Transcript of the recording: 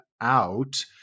out